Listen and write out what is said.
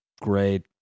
great